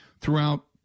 throughout